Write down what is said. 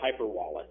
HyperWallet